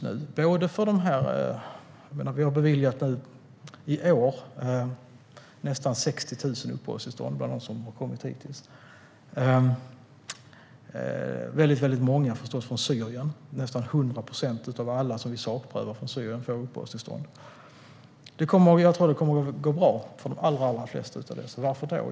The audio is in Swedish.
Hittills i år har vi beviljat uppehållstillstånd för nästan 60 000 av dem som har kommit. Väldigt många är förstås från Syrien. Nästan 100 procent av alla från Syrien som vi sakprövar får uppehållstillstånd. Jag tror att det kommer att gå bra för de allra flesta. Varför tror jag det?